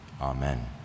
Amen